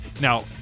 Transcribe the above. Now